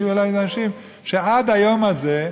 הגיעו אלי אנשים שעד היום הזה,